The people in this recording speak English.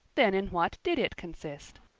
then in what did it consist?